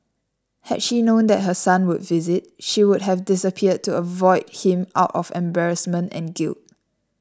had she known that her son would visit she would have disappeared to avoid him out of embarrassment and guilt